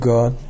God